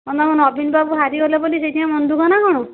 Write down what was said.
କ'ଣ ତମ ନବୀନ ବାବୁ ହାରିଗଲେ ବୋଲିିି ସେଇଥିପାଇଁ ମନ ଦୁଖ ନା କ'ଣ